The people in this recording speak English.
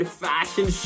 fashion